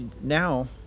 now